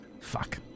Fuck